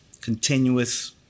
continuous